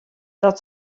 dat